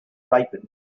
ripened